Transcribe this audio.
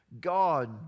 God